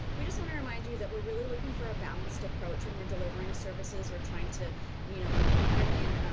we just wanna remind you that we're really looking for a balanced approach when we're delivering services. we're trying to you know bring in,